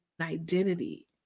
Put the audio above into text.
identity